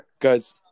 Guys